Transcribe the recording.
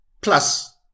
plus